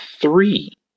three